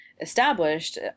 established